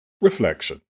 Reflection